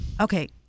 Okay